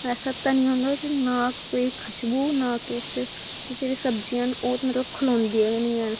ऐसा धनियां होंदा ना कोई खश्बू ना किछ कुछ जेह्ड़ियां सब्जियां न मतलव खनेंदियां गै नी हैन